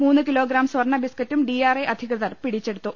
മൂന്ന് കിലോഗ്രാം സ്വർണബിസ്കറ്റും ഡിആർഐ അധികൃ തർ പിടിച്ചെടുത്തു